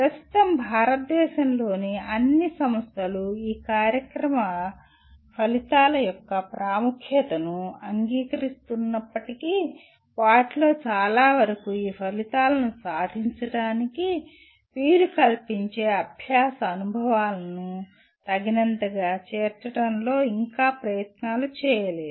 ప్రస్తుతం భారతదేశంలోని అన్ని సంస్థలు ఈ కార్యక్రమ ఫలితాల యొక్క ప్రాముఖ్యతను అంగీకరిస్తున్నప్పటికీ వాటిలో చాలావరకు ఈ ఫలితాలను సాధించడానికి వీలు కల్పించే అభ్యాస అనుభవాలను తగినంతగా చేర్చడంలో ఇంకా ప్రయత్నాలు చేయలేదు